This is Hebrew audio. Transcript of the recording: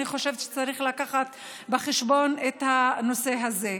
אני חושבת שצריך להביא בחשבון את הנושא הזה.